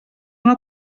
una